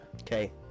okay